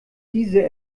diese